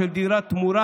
קרה אסון במדינת ישראל,